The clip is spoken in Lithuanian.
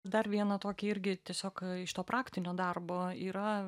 dar vieną tokį irgi tiesiog iš to praktinio darbo yra